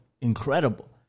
incredible